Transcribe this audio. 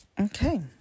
Okay